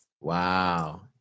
Wow